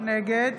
נגד